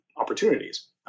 opportunities